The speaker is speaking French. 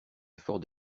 efforts